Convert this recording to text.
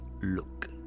look